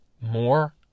more